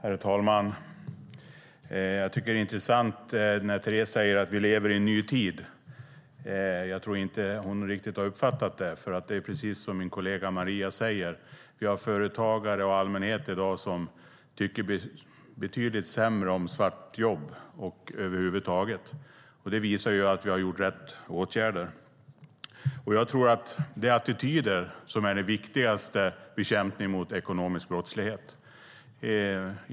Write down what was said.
Herr talman! Jag tycker att det är intressant när Teres säger att vi lever i en ny tid. Jag tror inte att hon riktigt har uppfattat det, för det är precis som min kollega Maria säger. Vi har företagare och en allmänhet i dag som tycker betydligt sämre om svartjobb över huvud taget. Det visar att vi har vidtagit rätt åtgärder. Jag tror att det är attityder som är det viktigaste i bekämpningen av ekonomisk brottslighet.